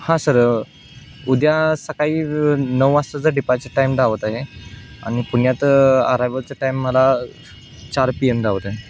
हां सर उद्या सकाळी नऊ वाजताचा डिपार्चर टाईम दाखवत आहे आणि पुण्यात अरायवलचं टाईम मला चार पी एम दाखवत आहे